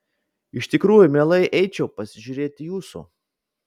iš tikrųjų mielai eičiau pasižiūrėti jūsų